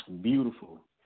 beautiful